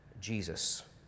Jesus